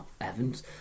Evans